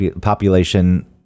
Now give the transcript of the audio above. population